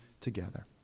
together